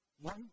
one